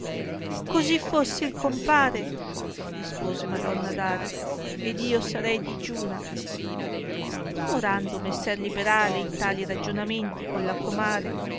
così fosse il compare rispose madonna daria ed io sarei digiuna dimorando messer liberale in tali ragionamenti colla comare